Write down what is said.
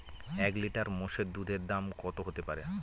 এক লিটার মোষের দুধের দাম কত হতেপারে?